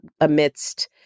Amidst